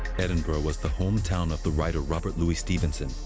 edinburgh was the hometown of the writer robert louis stevenson,